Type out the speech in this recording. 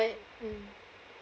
but mm